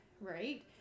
right